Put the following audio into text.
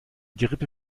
gerippe